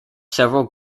several